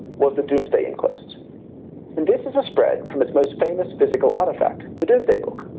was the doomsday inquest and this is a spread from its most famous physical artifact the doomsday book,